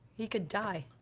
he could die.